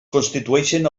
constitueixen